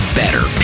better